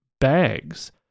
bags